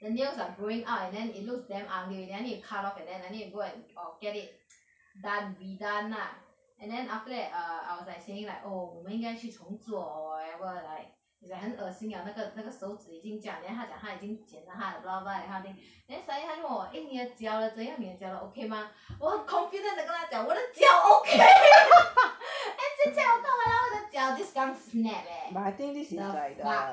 the nails are growing up and then it looks damn ugly then I need to cut off and then I need to go and orh get it done be done ah and then err I was like saying like oh 我们应该去从做 or whatever like it's like 很恶心 liao 那个那个手指已经这样 then 她讲她已经剪到她的 brown part that kind of thing then suddenly 她就问我 eh 你的脚的怎样你的脚的 okay mah 我很 confident 的跟她讲我的脚 okay and 现在我看 !walao! 我的脚 just 刚 snap eh the fuck